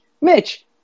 Mitch